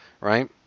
right